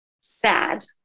sad